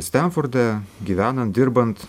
stenforde gyvenant dirbant